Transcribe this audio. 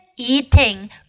Eating